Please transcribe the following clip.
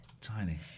tiny